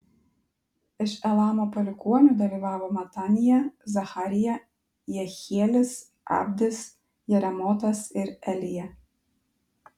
iš elamo palikuonių dalyvavo matanija zacharija jehielis abdis jeremotas ir elija